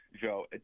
Joe